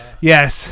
Yes